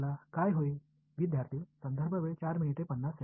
வலது புறம் வலது புறம் அதிகம் எதுவும் நடக்காது